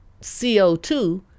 CO2